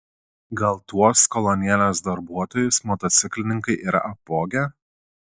gal tuos kolonėlės darbuotojus motociklininkai yra apvogę